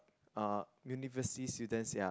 uh university students ya